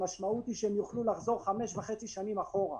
המשמעות היא שהם יוכלו לחזור חמש וחצי שנים אחורה.